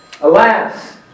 Alas